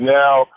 now